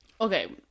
Okay